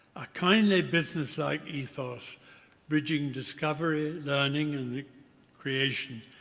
a kindly business-like ethos bridging discovery, learning and creation,